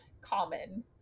common